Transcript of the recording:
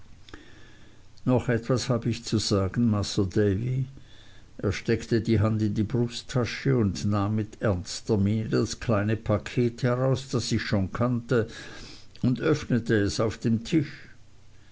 noch etwas hab ich zu sagen masr davy er steckte die hand in die brusttasche und nahm mit ernster miene das kleine paket heraus das ich schon kannte und öffnete es auf dem tisch